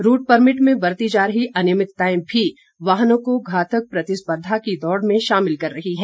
root permit में बरती जा रही अनियमितताएं भी वाहनों को घातक प्रतिस्पर्धा की दौड़ में शामिल कर रही हैं